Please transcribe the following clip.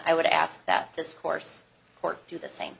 i would ask that this course court do the same